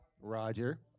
Roger